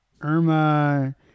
Irma